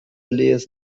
lesen